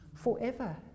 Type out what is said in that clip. Forever